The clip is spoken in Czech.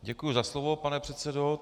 Děkuji za slovo pane předsedo.